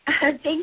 Thank